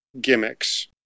gimmicks